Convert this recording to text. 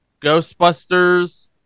Ghostbusters